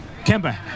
Kemba